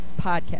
Podcast